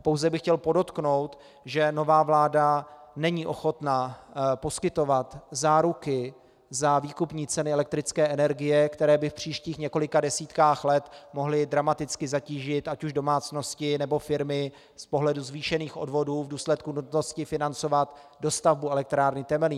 Pouze bych chtěl podotknout, že nová vláda není ochotna poskytovat záruky na výkupní ceny elektrické energie, které by v příštích několika desítkách let mohly dramaticky zatížit ať už domácnosti, nebo firmy z pohledu zvýšených odvodů v důsledku nutnosti financovat dostavbu elektrárny Temelín.